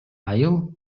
айыл